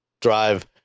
drive